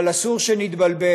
אבל אסור שנתבלבל.